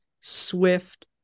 swift